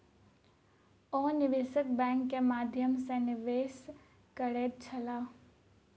ओ निवेशक बैंक के माध्यम सॅ निवेश करैत छलाह